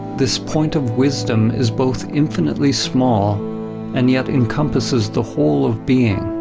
this point of wisdom is both infinitely small and yet encompasses the whole of being,